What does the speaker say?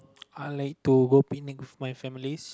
I'll like to go Penang with my families